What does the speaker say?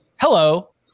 hello